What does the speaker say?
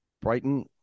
Brighton